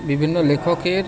বিভিন্ন লেখকের